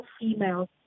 female